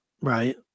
Right